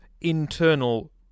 internal